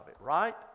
right